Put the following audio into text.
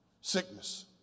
Sickness